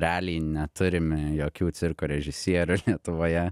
realiai neturime jokių cirko režisierių lietuvoje